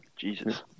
Jesus